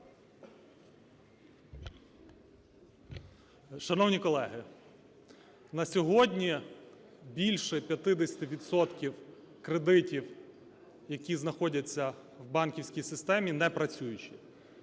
Шановні колеги, на сьогодні більше 50 відсотків кредитів, які знаходяться в банківській системі, непрацюючі.